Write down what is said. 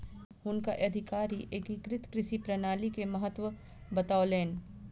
हुनका अधिकारी एकीकृत कृषि प्रणाली के महत्त्व बतौलैन